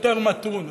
יותר מתון.